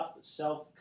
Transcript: self